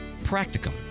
practicum